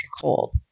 hold